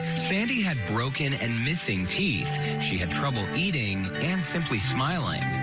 sandy had broken and missing teeth. she had trouble eating and simply smiling.